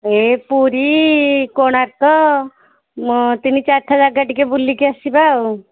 ଏ ପୁରୀ କୋଣାର୍କ ତିନି ଚାରିଟା ଜାଗା ଟିକିଏ ବୁଲିକି ଆସିବା ଆଉ